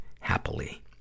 happily